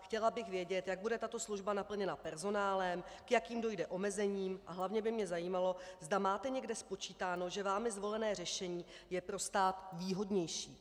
Chtěla bych vědět, jak bude tato služba naplněna personálem, k jakým dojde omezením, a hlavně by mě zajímalo, zda máte někde spočítáno, že vámi zvolené řešení je pro stát výhodnější.